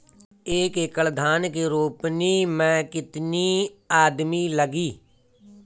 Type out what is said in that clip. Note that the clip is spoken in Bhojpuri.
एक एकड़ धान के रोपनी मै कितनी आदमी लगीह?